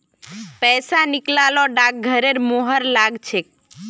पैसा निकला ल डाकघरेर मुहर लाग छेक